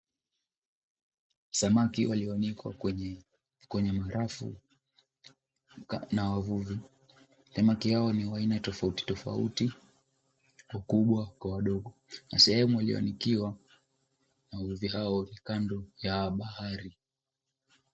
Samaki walioanikwa kwenye marafu na wavuvi. Samaki hawa ni wa aina tofautitofauti wakubwa kwa wadogo na sehemu walionikiwa wavuvi hawa ni kando ya bahari.